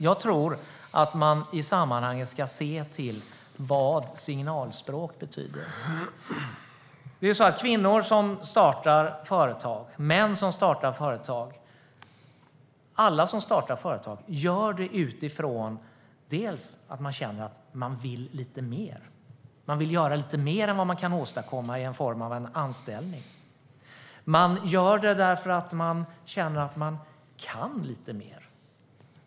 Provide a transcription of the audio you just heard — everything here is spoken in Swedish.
Jag tror att man ska se till vad signalspråk betyder. Kvinnor, män och alla som startar företag gör det utifrån att man vill lite mer. Man vill göra lite mer än vad man kan åstadkomma i en anställning. Man gör det därför att man kan lite mer.